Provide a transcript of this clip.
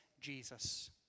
Jesus